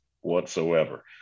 whatsoever